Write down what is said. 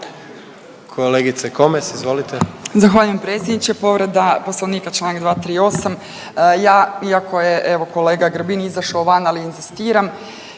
Magdalena (HDZ)** Zahvaljujem predsjedniče. Povreda poslovnika, čl. 238.. Ja iako je evo kolega Grbin izašao van, ali inzistiram